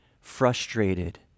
frustrated